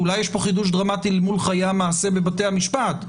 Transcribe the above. אולי יש פה חידוש דרמטי אל מול חיי המעשה בבתי המשפט,